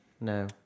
no